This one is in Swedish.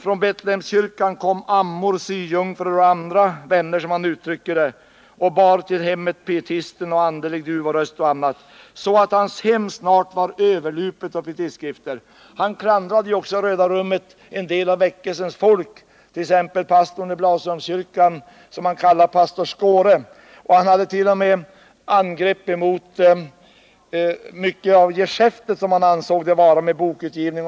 Från Betlehemskyrkan kom ”ammor, syjungfrur och andra vänner”, som han uttryckte det, och bar till hemmet Pietisten och Andelig Dufvoröst så att hans hem snart ”var överlupet med pietistskrifter”. Han klandrade i Röda rummet också en del av väckelsens folk, t.ex. pastorn i Blasieholmskyrkan, som han kallade pastor Skåre. Han hade också angrepp på mycket av det geschäft som han ansåg förekom vid bokutgivning.